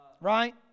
right